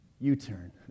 U-turn